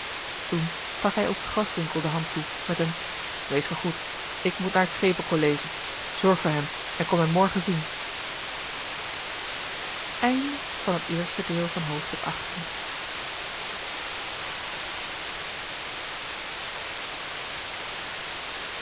toen stak hij ook graswinckel de hand toe met een wees gegroet ik moet naar het schepen collegie zorg voor hem en kom mij morgen zien